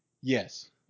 Yes